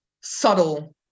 subtle